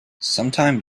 sometime